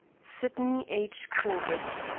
sydney h. corbett.